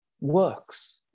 works